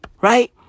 Right